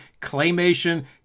claymation